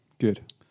Good